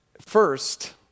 First